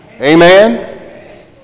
Amen